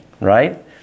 right